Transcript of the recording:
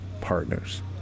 partners